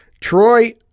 Troy